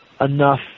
enough